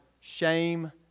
Shame